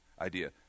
idea